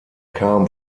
kam